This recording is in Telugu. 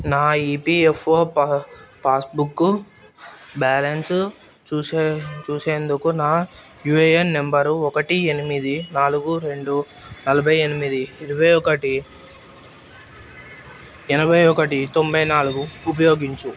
నా ఈపిఎఫ్ఓ పా పాస్బుక్కు బ్యాలన్స్ చూసే చూసేందుకు నా యూఏఎన్ నంబరు ఒకటి ఎనిమిది నాలుగు రెండు నలభై ఎనిమిది ఇరవై ఒకటి ఎనభై ఒకటి తొంభై నాలుగు ఉపయోగించు